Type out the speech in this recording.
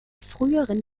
früheren